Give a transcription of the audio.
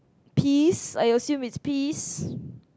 peas I assume it's peas